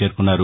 చేరుకున్నారు